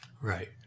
Right